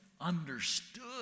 understood